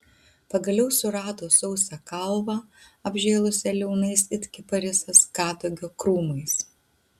pagaliau surado sausą kalvą apžėlusią liaunais it kiparisas kadagio krūmais